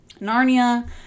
Narnia